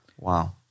Wow